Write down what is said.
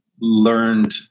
learned